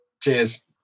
Cheers